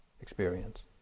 experience